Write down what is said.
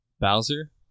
bowser